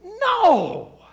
No